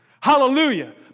Hallelujah